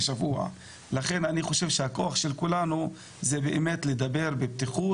לכן אני חושב שהכוח של כולנו זה באמת לדבר בפתיחות,